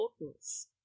importance